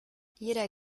jeder